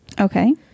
Okay